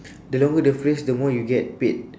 the longer the phrase the more you get paid